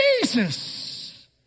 Jesus